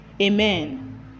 amen